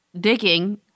digging